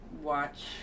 watch